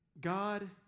God